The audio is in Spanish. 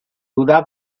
duda